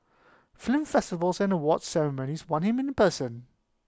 film festivals and awards ceremonies want him in person